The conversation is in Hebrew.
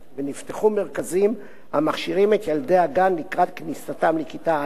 ונפתחו מרכזים המכשירים את ילדי הגן לקראת כניסתם לכיתה א',